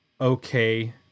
okay